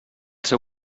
seu